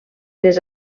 les